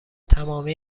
تمامی